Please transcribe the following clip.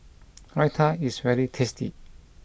Raita is very tasty